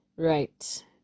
Right